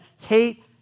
hate